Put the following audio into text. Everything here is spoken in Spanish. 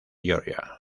georgia